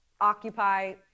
occupy